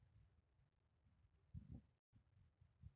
मक्याच्या पिकाले हेक्टरी किती खात द्या लागन?